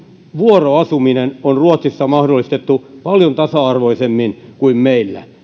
vuoroasuminen on ruotsissa mahdollistettu paljon tasa arvoisemmin kuin meillä